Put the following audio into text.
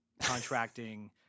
contracting